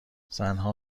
زنها